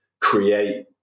create